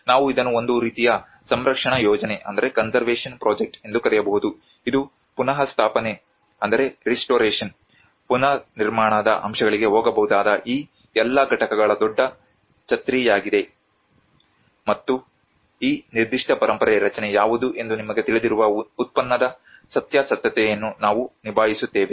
ನಾವು ಇದನ್ನು ಒಂದು ರೀತಿಯ ಸಂರಕ್ಷಣಾ ಯೋಜನೆ ಎಂದು ಕರೆಯಬಹುದು ಇದು ಪುನಃಸ್ಥಾಪನೆ ಪುನರ್ನಿರ್ಮಾಣದ ಅಂಶಗಳಿಗೆ ಹೋಗಬಹುದಾದ ಈ ಎಲ್ಲಾ ಘಟಕಗಳ ದೊಡ್ಡ ಛತ್ರಿಯಾಗಿದೆ ಮತ್ತು ಈ ನಿರ್ದಿಷ್ಟ ಪರಂಪರೆ ರಚನೆ ಯಾವುದು ಎಂದು ನಿಮಗೆ ತಿಳಿದಿರುವ ಉತ್ಪನ್ನದ ಸತ್ಯಾಸತ್ಯತೆಯನ್ನು ನಾವು ನಿಭಾಯಿಸುತ್ತೇವೆ